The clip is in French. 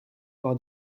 par